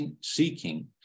seeking